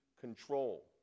control